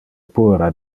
puera